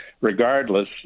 regardless